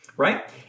right